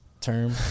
term